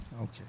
Okay